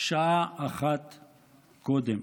שעת אחת קודם.